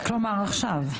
כלומר עכשיו.